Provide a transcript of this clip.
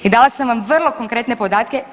I dala sam vam vrlo konkretne podatke.